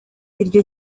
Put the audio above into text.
iryo